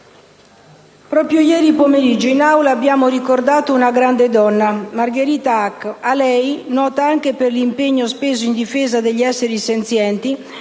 proprio ieri pomeriggio in Aula abbiamo ricordato una grande donna, Margherita Hack; a lei, nota anche per l'impegno speso in difesa degli esseri senzienti,